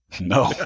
No